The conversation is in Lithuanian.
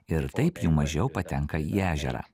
ir taip jų mažiau patenka į ežerą